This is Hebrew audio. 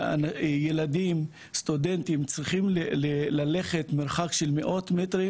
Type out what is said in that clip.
ילדים וסטודנטים צריכים ללכת מרחק של מאות מטרים,